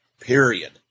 period